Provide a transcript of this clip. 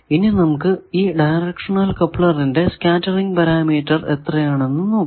ഇനി നമുക്ക് ഈ ഡയറക്ഷണൽ കപ്ലറിന്റെ സ്കേറ്ററിങ് പാരാമീറ്റർ ഏതൊക്കെ എന്ന് കണ്ടുപിടിക്കാം